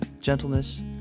gentleness